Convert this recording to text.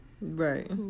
right